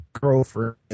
girlfriend